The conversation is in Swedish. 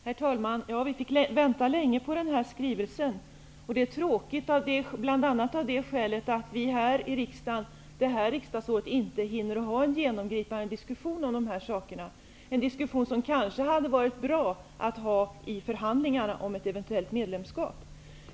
Herr talman! Ja, vi fick vänta länge på den här skrivelsen. Det är tråkigt, bl.a. av det skälet att riksdagen under detta riksdagsår inte hinner ha en genomgripande diskussion om de här sakerna. Det hade kanske varit bra att ha en sådan diskussion med tanke på förhandlingarna om ett eventuellt medlemskap.